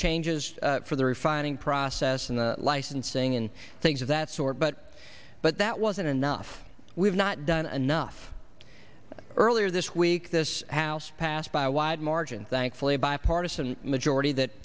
changes for the refining process and licensing and things of that sort but but that wasn't enough we've not done enough earlier this week this house passed by a wide margin thankfully a bipartisan majority that